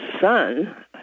son